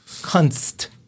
Kunst